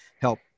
help